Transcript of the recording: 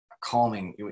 calming